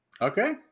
Okay